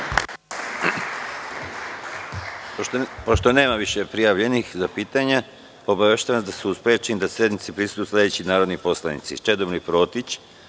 Pošto nema više prijavljenih za pitanja, obaveštavam vas da su sprečeni da sednici prisustvuju sledeći narodni poslanici: Čedomir Protić,